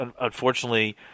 unfortunately